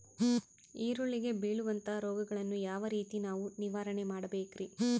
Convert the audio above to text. ಈರುಳ್ಳಿಗೆ ಬೇಳುವಂತಹ ರೋಗಗಳನ್ನು ಯಾವ ರೇತಿ ನಾವು ನಿವಾರಣೆ ಮಾಡಬೇಕ್ರಿ?